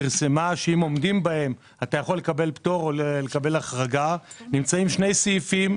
שאם עומדים בהם אתה יכול לקבל פטור או החרגה נמצאים שני סעיפים.